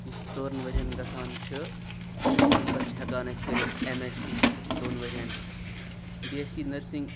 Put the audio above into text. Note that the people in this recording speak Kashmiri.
یُس ژورَن ؤرِیَن گژھان چھِ ییٚمہِ پَتہٕ چھِ ہٮ۪کان أسۍ کٔرِتھ ایم ایس سی دۄن ؤرِیَن بی ایس سی نٔرسِنٛگ